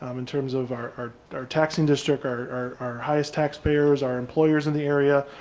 um in terms of our our taxing district or highest taxpayers are employers in the area.